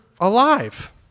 alive